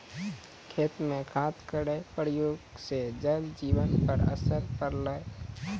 खेत म खाद केरो प्रयोग सँ जल जीवन पर असर पड़लै